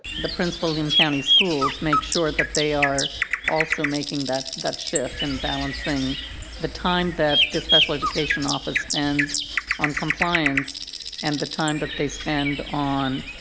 the prince william county schools make sure that they are also making that that shift and balancing the time that the special education office spends on compliance and the time that they spend on